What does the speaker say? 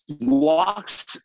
Walks